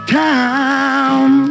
time